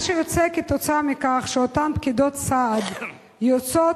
מה שיוצא כתוצאה מכך הוא שאותן פקידות סעד יוצאות